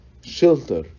shelter